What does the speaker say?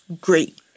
great